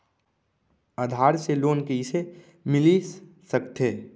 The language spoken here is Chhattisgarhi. आधार से लोन कइसे मिलिस सकथे?